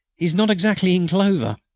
he's not exactly in clover.